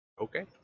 Okay